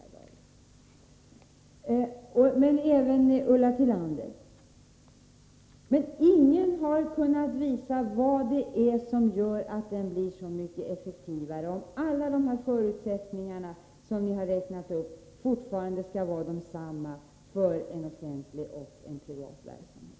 Det gäller även Ulla Tillander. Men ingen har kunnat visa vad det är som gör att den privata verksamheten blir så mycket effektivare, om alla de förutsättningar som ni räknade upp skall vara desamma för en offentlig och en privat verksamhet.